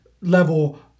level